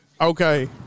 Okay